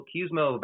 CUSMO